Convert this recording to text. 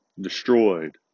destroyed